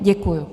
Děkuju.